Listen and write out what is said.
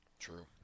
true